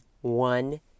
one